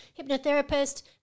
hypnotherapist